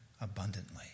abundantly